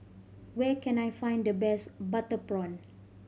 where can I find the best butter prawn